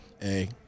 Hey